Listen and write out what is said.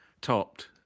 topped